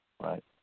Right